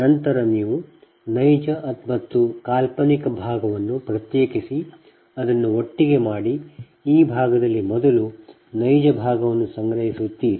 ನಂತರ ನೀವು ನೈಜ ಮತ್ತು ಕಾಲ್ಪನಿಕ ಭಾಗವನ್ನು ಪ್ರತ್ಯೇಕಿಸಿ ಅದನ್ನು ಒಟ್ಟಿಗೆ ಮಾಡಿ ಈ ಭಾಗದಲ್ಲಿ ಮೊದಲು ನೀವು ನೈಜ ಭಾಗವನ್ನು ಸಂಗ್ರಹಿಸುತ್ತೀರಿ